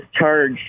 charge